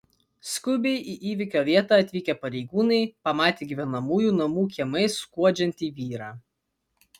skubiai į įvykio vietą atvykę pareigūnai pamatė gyvenamųjų namų kiemais skuodžiantį vyrą